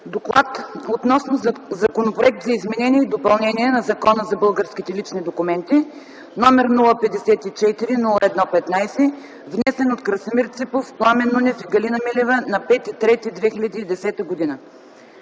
гласуване Законопроект за изменение и допълнение на Закона за българските лични документи № 054-01-15, внесен от Красимир Ципов, Пламен Нунев и Галина Милева на 5 март 2010 г.